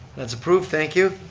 that's approved, thank you.